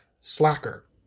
slacker